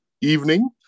evening